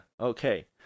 Okay